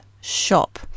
shop